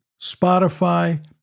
Spotify